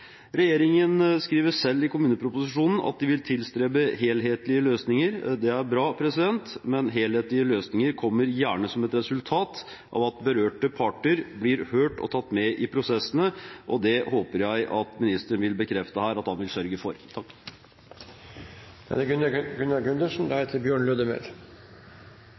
Regjeringen skriver selv i kommuneproposisjonen at de vil tilstrebe helhetlige løsninger. Det er bra, men helhetlige løsninger kommer gjerne som et resultat av at berørte parter blir hørt og tatt med i prosessene, og det håper jeg at ministeren vil bekrefte her at han vil sørge for.